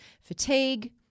Fatigue